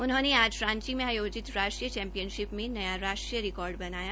उन्होंने आज रांची में आयोजित राष्ट्रीय चैंपीयनशिप में नया राष्ट्रीय रिकार्ड बनाया